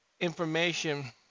information